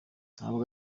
ntabwo